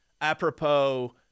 apropos